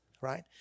right